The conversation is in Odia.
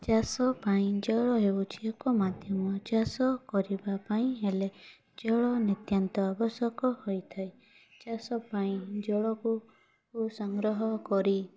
ଚାଷ ପାଇଁ ଜଳ ହେଉଛି ଏକ ମାଧ୍ୟମ ଚାଷ କରିବା ପାଇଁ ହେଲେ ଜଳ ନିତ୍ୟାନ୍ତ ଆବଶ୍ୟକ ହୋଇଥାଏ ଚାଷ ପାଇଁ ଜଳକୁ ସଂଗ୍ରହ କରି